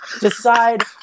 decide